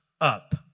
up